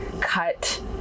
cut